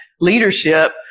leadership